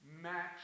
match